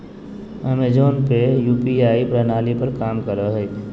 Amazon पे UPI प्रणाली पर काम करो हय